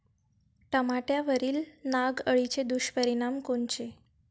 टमाट्यावरील नाग अळीचे दुष्परिणाम कोनचे?